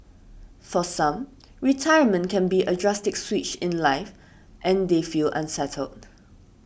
for some retirement can be a drastic switch in life and they feel unsettled